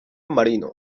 marino